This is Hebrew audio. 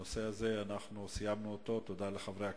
סיימנו את הנושא הזה ותודה לחברי הכנסת.